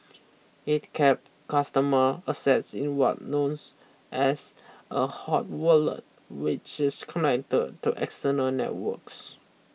it kept customer assets in what knows as a hot wallet which is connected to external networks